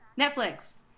netflix